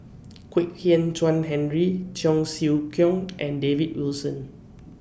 Kwek Hian Chuan Henry Cheong Siew Keong and David Wilson